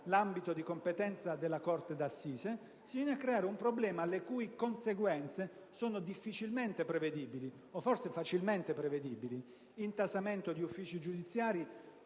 l'ambito di competenza della corte d'assise, si viene a creare un problema le cui conseguenze sono difficilmente prevedibili (o forse facilmente prevedibili), tra cui intasamento di uffici giudiziari